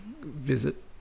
visit